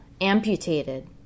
amputated